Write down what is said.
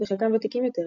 וחלקם ותיקים יותר,